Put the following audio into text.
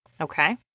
Okay